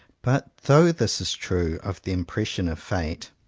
but though this is true of the impression of fate,